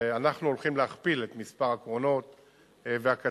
ואנחנו הולכים להכפיל את מספר הקרונות והקטרים,